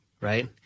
right